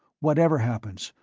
whatever happens,